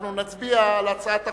אנחנו נצביע על הצעת החוק,